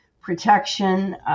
protection